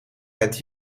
het